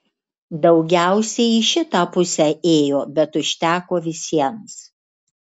daugiausiai į šitą pusę ėjo bet užteko visiems